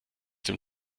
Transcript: dem